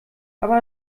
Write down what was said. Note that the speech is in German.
aber